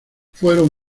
fueron